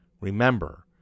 Remember